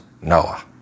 Noah